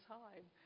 time